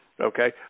Okay